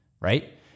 right